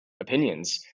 opinions